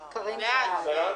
אושרה.